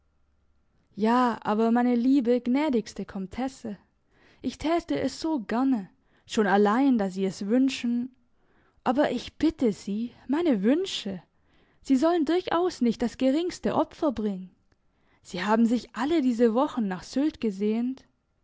ja aber meine liebe gnädigste komtesse ich täte es so gerne schon allein da sie es wünschen aber ich bitte sie meine wünsche sie sollen durchaus nicht das geringste opfer bringen sie haben sich alle diese wochen nach sylt gesehnt aber